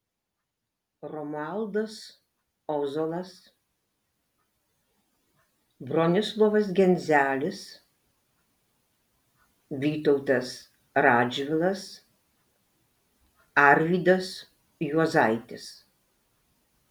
romualdas ozolas bronislovas genzelis vytautas radžvilas arvydas juozaitis